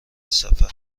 سفر